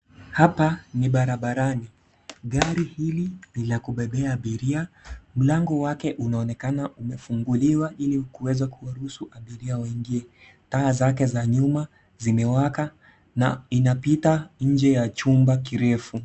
Hapa ni barabarani, gari hili ni la kubebea abiria, mlango wake unaonekana umefunguliwa ili kuweza kuwaruhusu abiria waingie, taa zake za nyuma zimewaka na inapita nje ya chumba kirefu.